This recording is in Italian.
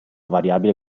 variabile